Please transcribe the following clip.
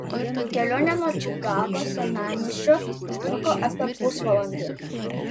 kelionė nuo čikagos senamiesčio užtruko apie pusvalandį